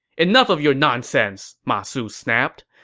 enough of your nonsense! ma su snapped.